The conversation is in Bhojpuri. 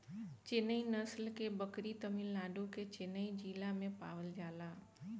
चेन्नई नस्ल के बकरी तमिलनाडु के चेन्नई जिला में पावल जाला